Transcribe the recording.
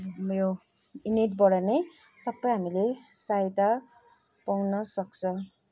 यो नेटबाट नै सबै हामीले सहायता पाउन सक्छ